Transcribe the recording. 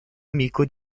amico